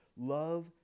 Love